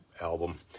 album